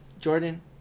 Jordan